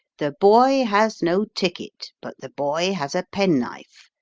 the boy has no ticket, but the boy has a penknife.